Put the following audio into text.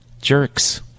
jerks